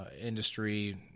Industry